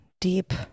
deep